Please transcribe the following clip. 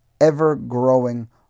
ever-growing